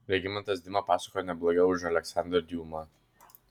regimantas dima pasakoja ne blogiau už aleksandrą diuma